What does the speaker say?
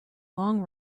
long